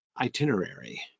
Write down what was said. itinerary